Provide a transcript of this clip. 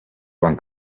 one